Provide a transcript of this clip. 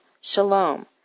shalom